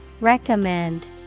Recommend